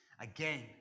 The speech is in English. again